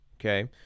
Okay